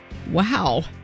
Wow